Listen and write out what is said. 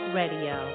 radio